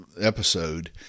episode